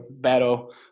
battle